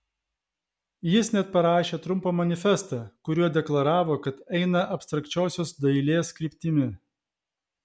jis net parašė trumpą manifestą kuriuo deklaravo kad eina abstrakčiosios dailės kryptimi